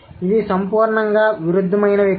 ఇవి సంపూర్ణంగా విరుద్ధమైనవి కాదు